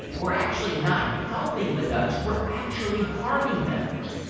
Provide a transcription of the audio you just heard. we're actually not helping the ducks. we're actually harming them wait.